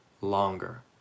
longer